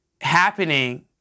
happening